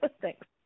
Thanks